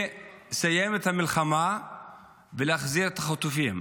מלסיים את המלחמה ולהחזיר את החטופים?